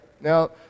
Now